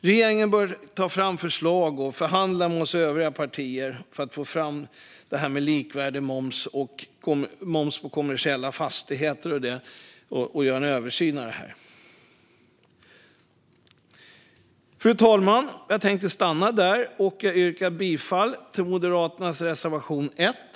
Regeringen bör ta fram ett förslag och förhandla med oss övriga partier för att få fram detta med likvärdig moms, moms på kommersiella fastigheter och så vidare. Det behöver göras en översyn av det. Fru talman! Jag tänkte stanna där. Jag yrkar bifall till Moderaternas reservation 1.